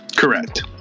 Correct